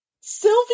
Sylvie